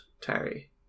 Terry